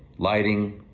lighting,